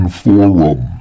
forum